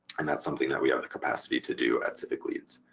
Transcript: and that's something that we have the capacity to do at civicleads.